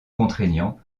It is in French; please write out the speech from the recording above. contraignant